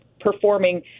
performing